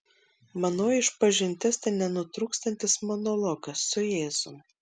manoji išpažintis tai nenutrūkstantis monologas su jėzum